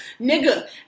Nigga